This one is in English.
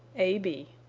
a b.